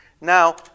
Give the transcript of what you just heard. Now